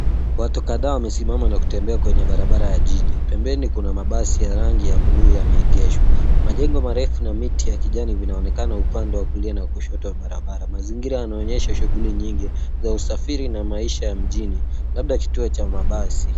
Watu kadhaa wamesimama na kutembea kwenye barabara ya jiji. Pembeni kuna mabasi ya rangi ya bluu yameegeshwa. Majengo marefu na miti ya kijani vinaonekana upande wa kulia na kushoto wa barabara. Mazingira yanaonyesha shughuli nyingi za usafiri na maisha ya mjini. Labda kituo cha mabasi.